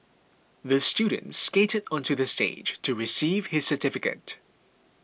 the student skated onto the stage to receive his certificate